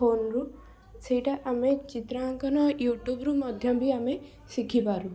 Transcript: ଫୋନରୁ ସେଇଟା ଆମେ ଚିତ୍ରାଙ୍କନ ୟୁଟ୍ୟୁବରୁ ମଧ୍ୟ ବି ଆମେ ଶିଖିବା